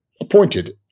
appointed